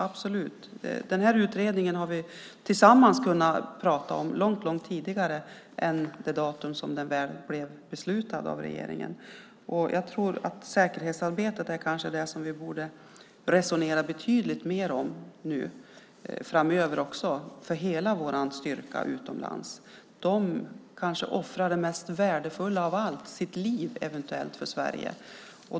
Den här utredningen hade vi tillsammans kunnat prata om långt tidigare än det datum som den väl blev beslutad av regeringen. Jag tror att säkerhetsarbetet är det som vi kanske borde resonera betydligt mer om också framöver för hela vår styrka utomlands. De kanske offrar det mest värdefulla av allt, sitt liv, för Sverige.